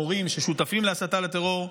ומורים ששותפים להסתה לטרור,